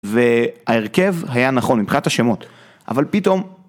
וההרכב היה נכון מבחינת השמות, אבל פתאום...